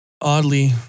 Oddly